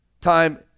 time